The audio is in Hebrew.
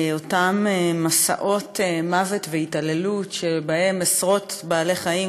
אותם מסעות מוות והתעללות שבהם עשרות בעלי-חיים